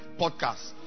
podcast